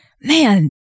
man